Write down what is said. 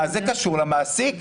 מה זה קשור למעסיק?